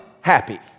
happy